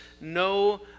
No